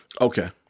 Okay